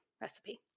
recipe